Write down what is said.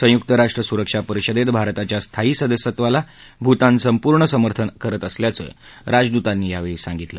संयुक्त राष्ट्र सुरक्षा परिषदेत भारताच्या स्थायी सदस्यत्तवाला भूतान संपूर्ण समर्थन करत असल्याचं राजदृतांनी यावेळी सांगितलं